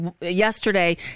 yesterday